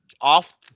off